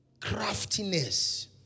Craftiness